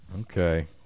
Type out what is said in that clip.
Okay